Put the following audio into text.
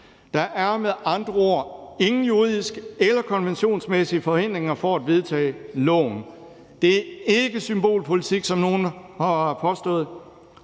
Der er med andre ord ingen juridiske eller konventionsmæssige forhindringer for at vedtage lovforslaget. Det er ikke symbolpolitik, som nogen har påstået,